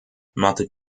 mounted